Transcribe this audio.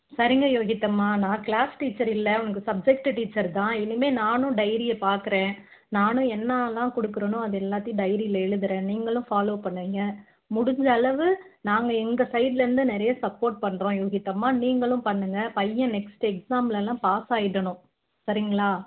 சரிங்க யோகித் அம்மா நான் கிளாஸ் டீச்சர் இல்லை அவனுக்கு சப்ஜக்ட்டு டீச்சர் தான் இனிமேல் நானும் டைரியை பார்க்குறேன் நானும் என்னாலாம் கொடுக்குறனோ அது எல்லாத்தையும் டைரியில எழுதுகிறேன் நீங்களும் ஃபாலோவ் பண்ணிக்குங்கள் முடிஞ்சளவு நாங்கள் எங்கள் சைட்லேருந்து நிறைய சப்போர்ட் பண்ணுறோம் யோகித் அம்மா நீங்களும் பண்ணுங்க பையன் நெக்ஸ்ட் எக்ஸாம்லெலாம் பாஸ் ஆயிடணும் சரிங்களா